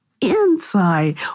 inside